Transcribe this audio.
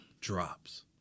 Drops